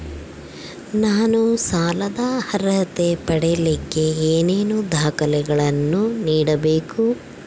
ನಾನು ಸಾಲದ ಅರ್ಹತೆ ಪಡಿಲಿಕ್ಕೆ ಏನೇನು ದಾಖಲೆಗಳನ್ನ ನೇಡಬೇಕು?